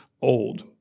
old